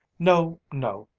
no, no!